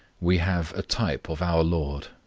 we have a type of our lord,